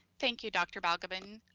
thank you, dr. balgobin,